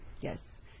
yes